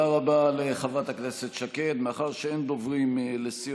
גם כך את הרבה הרבה מעבר לזמן כבר.